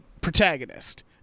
protagonist